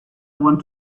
want